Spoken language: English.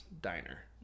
diner